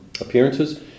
appearances